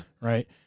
right